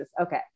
okay